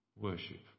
worship